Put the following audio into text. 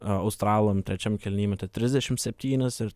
australam trečiam kėliny įmetė trisdešimt septynis ir